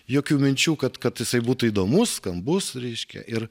jokių minčių kad kad jisai būtų įdomus skambus reiškia ir